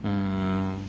mmhmm